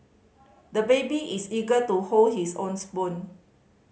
the baby is eager to hold his own spoon